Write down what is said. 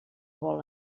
vol